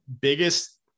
biggest